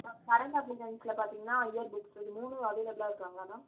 current அக்கவுண்டண்ட்ஸ்ல பாத்தீங்கன்னா year books இது மூணும் அவைலபுல்லாக இருக்குங்களா மேம்